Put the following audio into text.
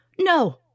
No